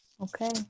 Okay